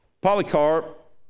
Polycarp